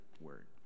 word